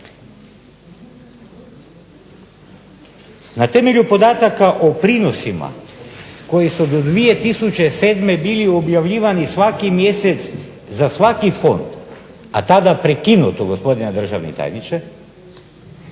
Na temelju podataka o prinosima koje su do 2007. bili objavljivani svaki mjesec za svaki fond, a tada prekinuto gospodine državni tajniče